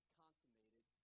consummated